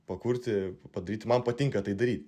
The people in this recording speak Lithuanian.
pakurti padaryti man patinka tai daryt